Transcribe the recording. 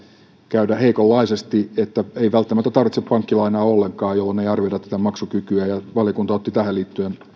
käydä heikonlaisesti ei välttämättä tarvitse pankkilainaa ollenkaan jolloin ei arvioida maksukykyä valiokunta otti tähän liittyen